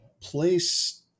place